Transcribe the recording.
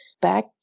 Back